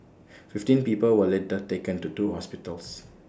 fifteen people were later taken to two hospitals